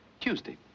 Tuesday